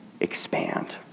expand